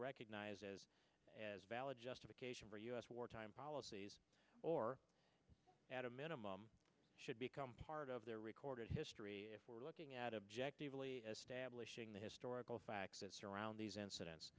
recognized as as valid justification for u s wartime policies or at a minimum should become part of their recorded history if we're looking at objective stablish in the historical facts that surround these incidents